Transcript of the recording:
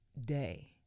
day